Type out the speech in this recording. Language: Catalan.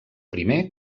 primer